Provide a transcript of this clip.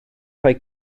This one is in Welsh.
rhoi